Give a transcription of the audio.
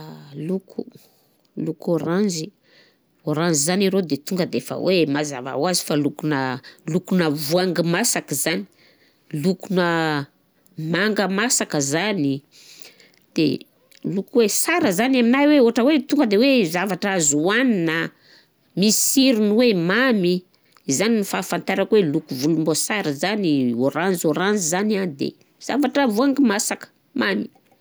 Loko loko ôranzy, ôranzy zany arô de tonga defa hoe mazava ho azy fa lokona lokona voangy masaka zany; lokona manga masaka zany, de loko hoe sara zany aminahy hoe ôhatra hoe tonga de hoe zavatra azo oanina, misy sirony hoe mamy, zany ny fahafantarako hoe loko volomboasary zany, ôranziôranzy zany zavatra voangy masaka, mamy.